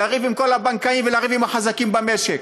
לריב עם כל הבנקאים ולריב עם החזקים במשק.